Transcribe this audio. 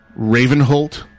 Ravenholt